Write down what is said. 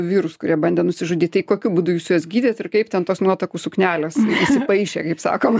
vyrus kurie bandė nusižudyt tai kokiu būdu jūs juos gydėt ir kaip ten tos nuotakų suknelės įsipaišė kaip sakoma